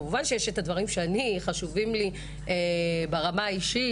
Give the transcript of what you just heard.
כמובן שיש את הדברים שחשובים לי ברמה האישית.